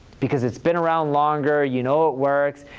because it's been around longer, you know it works,